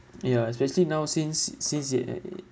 ya especially now since since it at a